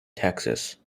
texas